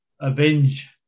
avenge